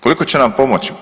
Koliko će nam pomoći?